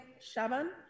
Shaban